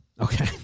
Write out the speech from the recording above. Okay